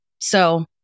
So-